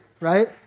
Right